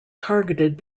targeted